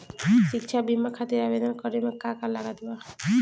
शिक्षा बीमा खातिर आवेदन करे म का का लागत बा?